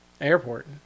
airport